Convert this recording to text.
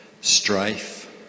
strife